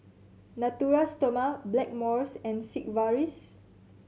Natura Stoma Blackmores and Sigvaris